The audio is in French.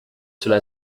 cela